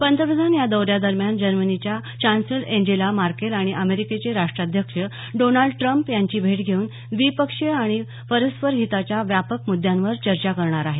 पंतप्रधान नरेंद्र मोदी या दौऱ्यादरम्यान जर्मनीच्या चांसलर एंजेला मार्केल आणि अमेरिकेचे राष्ट्राध्यक्ष डोनाल्ड ट्रंप यांची भेट घेऊन द्विपक्षीय आणि परस्पर हिताच्या व्यापक मुद्दांवर चर्चा करणार आहेत